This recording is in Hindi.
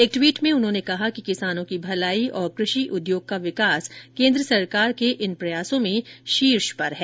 एक ट्वीट में उन्होंने कहा कि किसानों की भलाई और कृषि उद्योग का विकास केन्द्र सरकार के इन प्रयासों में शीर्ष प्राथमिकता पर है